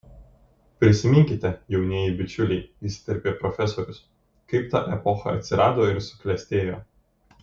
prisiminkite jaunieji bičiuliai įsiterpė profesorius kaip ta epocha atsirado ir suklestėjo